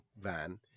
van